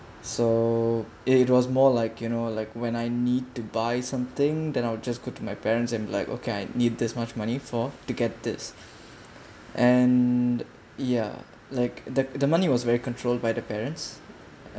so it was more like you know like when I need to buy something then I'll just go to my parents and be like okay I need this much money for to get this and ya like the the money was very controlled by the parents